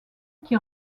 qui